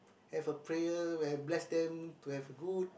have a prayer will bless them to have good